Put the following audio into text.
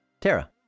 Tara